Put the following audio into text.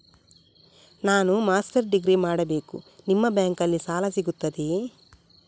ನಾನು master degree ಮಾಡಬೇಕು, ನಿಮ್ಮ ಬ್ಯಾಂಕಲ್ಲಿ ಸಾಲ ಸಿಗುತ್ತದೆಯೇ?